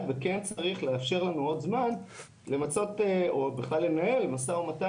וכן צריך לאפשר לנו עוד זמן למצות או בכלל לנהל משא ומתן